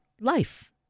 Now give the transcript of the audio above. life